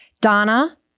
Donna